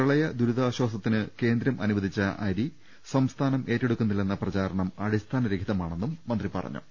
പ്രളയ ദുരിതാശ്ചാസത്തിന് കേന്ദ്രം അനുവദിച്ച അരി സംസ്ഥാനം ഏറ്റെടു ക്കുന്നില്ലെന്ന പ്രചാരണം അടിസ്ഥാനരഹിതമാണെന്നും മന്ത്രി പറഞ്ഞു